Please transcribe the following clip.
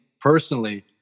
personally